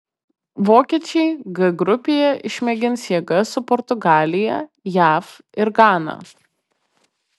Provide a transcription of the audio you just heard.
vokiečiai g grupėje išmėgins jėgas su portugalija jav ir gana